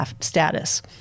status